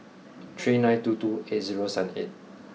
three nine two two eight zero seven eight